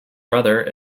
brother